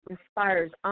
Inspires